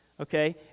okay